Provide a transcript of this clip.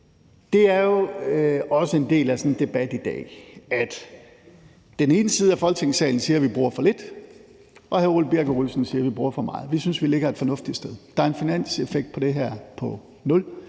Det er jo også en del af sådan en debat i dag, at den ene side af Folketingssalen siger, at vi bruger for lidt, og at hr. Ole Birk Olesen siger, at vi bruger for meget. Vi synes, vi ligger et fornuftigt sted. Der er en finanseffekt på det her på 0,